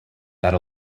that